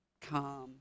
calm